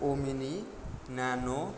omni nano